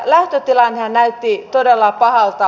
lähtötilannehan näytti todella pahalta